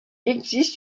existe